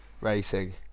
racing